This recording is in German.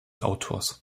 autors